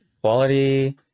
quality